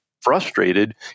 frustrated